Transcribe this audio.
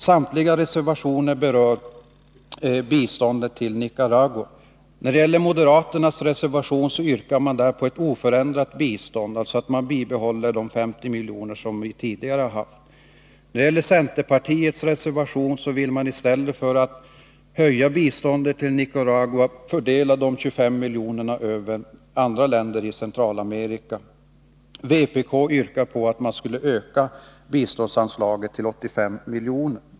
Samtliga reservationer berör biståndet till Nicaragua. I moderaternas reservation yrkas på ett oförändrat bistånd, dvs. att man bibehåller de 50 miljoner som vi tidigare har haft. När det gäller centerpartiets reservation vill man i stället för att höja biståndet till Nicaragua fördela de 25 miljonerna även på andra länder i Centralamerika. Vpk yrkar på att man skall öka biståndsanslaget till 85 miljoner.